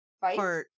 fight